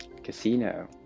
Casino